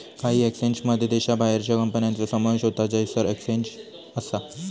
काही एक्सचेंजमध्ये देशाबाहेरच्या कंपन्यांचो समावेश होता जयसर एक्सचेंज असा